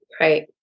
Right